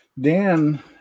Dan